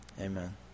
amen